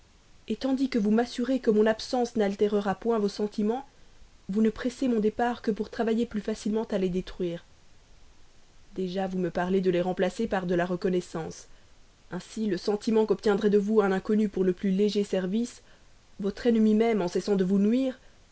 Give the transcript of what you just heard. désirez tandis que vous m'assurez que mon absence n'altérera point vos sentiments vous ne pressez mon départ que pour travailler plus facilement à les détruire déjà vous me parlez de les remplacer par de la reconnaissance ainsi le sentiment qu'obtiendrait de vous un inconnu pour le plus léger service votre ennemi même en cessant de vous nuire